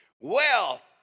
Wealth